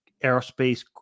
aerospace